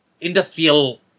industrial